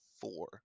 four